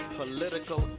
political